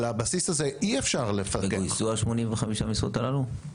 על הבסיס הזה אי אפשר --- גויסו 85 המשרות הללו?